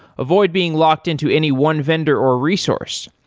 avoid being locked-in to any one vendor or resource.